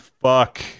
fuck